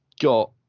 got